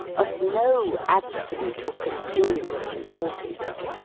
of no absolute or continuous importance.